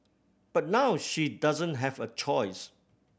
but now she doesn't have a choice